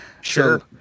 Sure